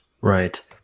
Right